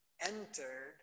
entered